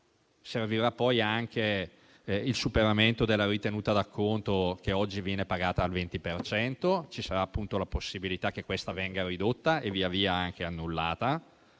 Servirà poi anche il superamento della ritenuta d'acconto, che oggi viene pagata al 20 per cento: ci sarà la possibilità che questa venga ridotta e via via anche annullata.